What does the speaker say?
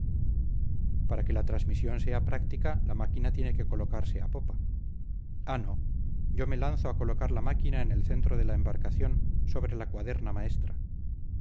para que la transmisión sea práctica la máquina tiene que colocarse a popa ah no yo me lanzo a colocar la máquina en el centro de la embarcación sobre la cuaderna maestra